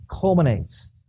culminates